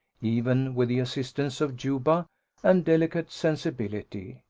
even with the assistance of juba and delicate sensibility.